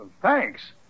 Thanks